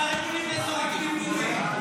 החרדים נכנסו איתי.